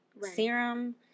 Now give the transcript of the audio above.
serum